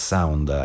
Sound